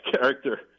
character